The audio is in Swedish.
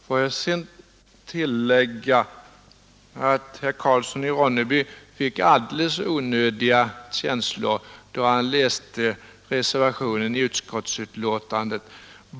Får jag sedan tillägga att herr Karlsson i Ronneby fick alldeles onödiga känslor då han läste reservationen vid utskottsbetänkandet.